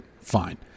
fine